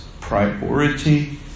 priority